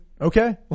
Okay